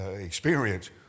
experience